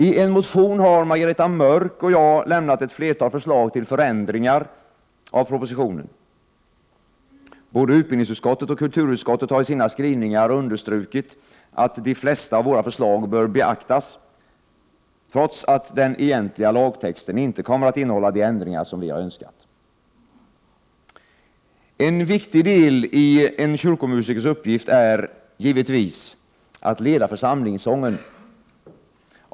I en motion har Margareta Mörck och jag lämnat flera förslag till förändringar av propositionen. Både utbildningsutskottet och kulturutskottet har i sina skrivningar understrukit att de flesta av våra förslag bör beaktas, trots att den egentliga lagtexten inte kommer att innehålla de ändringar som vi önskat. En viktig del i en kyrkomusikers uppgifter är, givetvis, att leda försam lingssången.